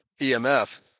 EMF